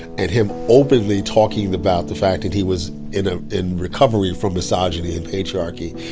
and him openly talking about the fact that he was in ah in recovery from misogyny and patriarchy,